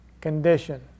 condition